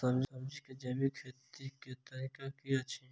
सब्जी केँ जैविक खेती कऽ तरीका की अछि?